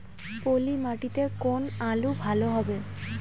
পলি মাটিতে কোন আলু ভালো হবে?